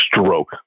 stroke